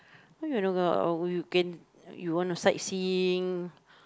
or you can you want to sightseeing